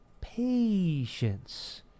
patience